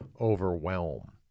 overwhelm